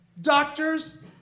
doctors